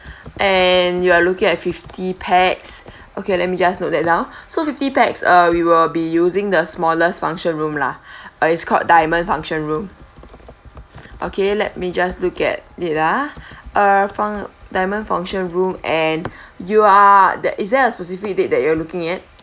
and you are looking at fifty pax okay let me just note that down so fifty uh you we will be using the smallest function room lah err it's called diamond function room okay let me just look at it ah err for diamond function room and you are that is there a specific date that you are looking at